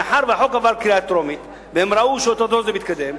מאחר שהחוק עבר קריאה טרומית והם ראו שאו-טו-טו זה מתקדם,